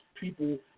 people